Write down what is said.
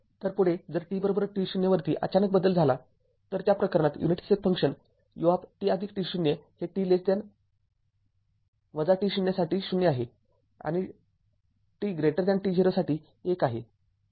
तरपुढे जर t t० वरती अचानक बदल झाला तर त्या प्रकरणात युनिट स्टेप फंक्शन ut t० हे t t० साठी 0 आहे आणि t t० साठी १ आहे